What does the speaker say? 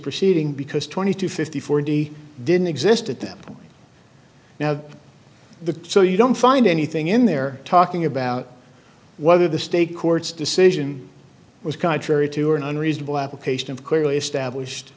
proceeding because twenty two fifty forty didn't exist at that now the so you don't find anything in there talking about whether the state court's decision was contrary to or an unreasonable application of clearly established